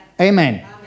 Amen